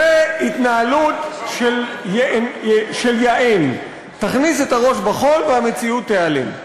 זו התנהלות של יען: תכניס את הראש בחול והמציאות תיעלם.